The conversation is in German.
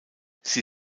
sie